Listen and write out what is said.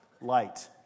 light